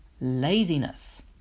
laziness